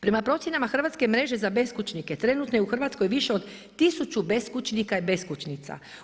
Prema procjenama hrvatske mreže za beskućnike, trenutno je u Hrvatskoj više od 1000 beskućnika i beskućnica.